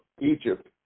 Egypt